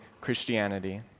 Christianity